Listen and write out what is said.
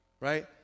right